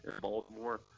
Baltimore